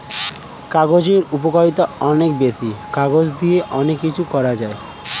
কাগজের উপকারিতা অনেক বেশি, কাগজ দিয়ে অনেক কিছু করা যায়